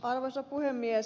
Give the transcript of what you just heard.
arvoisa puhemies